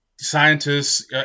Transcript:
scientists